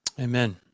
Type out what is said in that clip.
Amen